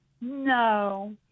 No